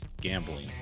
Gambling